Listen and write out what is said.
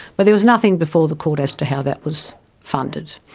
but there was nothing before the court as to how that was funded.